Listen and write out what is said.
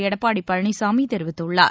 எடப்பாடி பழனிசாமி தெரிவித்துள்ளார்